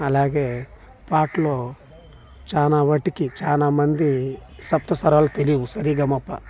అలాగే పాటలో చాలా మట్టుకి చాలా మంది సప్తస్వరాలు తెలియవు స రీ గ మ ప